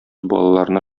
балаларына